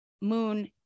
moon